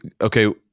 okay